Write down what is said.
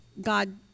God